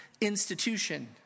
institution